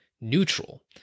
neutral